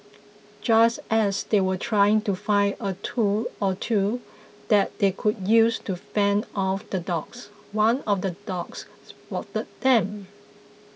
just as they were trying to find a tool or two that they could use to fend off the dogs one of the dogs spotted them